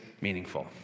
meaningful